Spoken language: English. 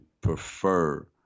prefer